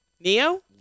Neo